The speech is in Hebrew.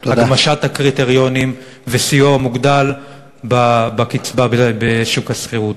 הגמשת הקריטריונים וסיוע מוגדל בקצבה בשוק השכירות.